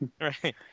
Right